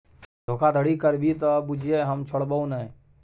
धोखाधड़ी करभी त बुझिये हम छोड़बौ नै